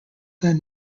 that